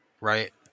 right